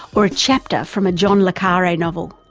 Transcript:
or a chapter from a john le carre novel.